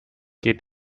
geht